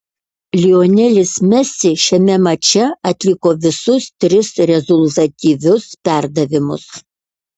lionelis messi šiame mače atliko visus tris rezultatyvius perdavimus